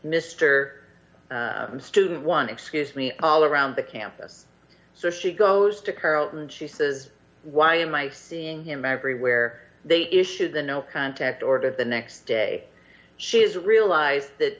mr student one excuse me all around the campus so she goes to carlton she says why am i seeing him everywhere they issued the no contact order the next day she has realized that